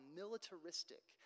militaristic